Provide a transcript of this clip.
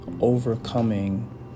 overcoming